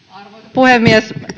puhemies